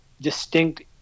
distinct